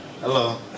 Hello